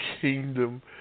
kingdom